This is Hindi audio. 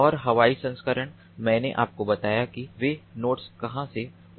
और हवाई संस्करण मैंने आपको बताया कि वे नोड्स कहाँ से उड़ते हैं